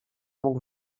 mógł